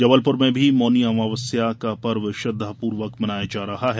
जबलपुर में भी मौनी अमावस्या का पर्व श्रद्दापूर्वक मनाया जा रहा है